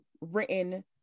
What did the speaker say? written